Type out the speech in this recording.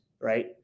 right